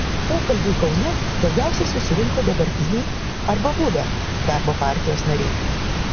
pokalbiui kaune daugiausiai susirinko dabartiniai arba buvę darbo partijos nariai